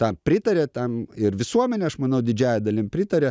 tam pritaria tam ir visuomenė aš manau didžiąja dalim pritaria